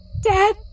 Dad